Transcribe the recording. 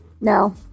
No